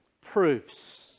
proofs